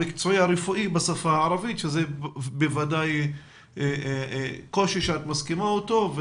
המקצועי בשפה הערבית שזה בוודאי קושי שאת מסכימה איתו.